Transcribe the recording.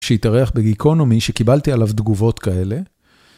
שהתארח בגיקונומי שקיבלתי עליו תגובות כאלה.